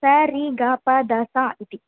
सरीगपधसा इति